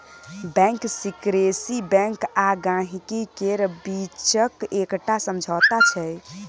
bank secrecy bank आ गांहिकी केर बीचक एकटा समझौता छै